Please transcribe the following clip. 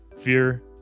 fear